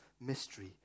mystery